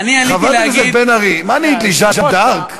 חברת הכנסת בן ארי, מה נהיית לי, ז'אן ד'ארק?